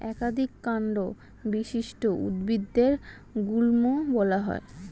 একাধিক কান্ড বিশিষ্ট উদ্ভিদদের গুল্ম বলা হয়